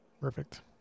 Perfect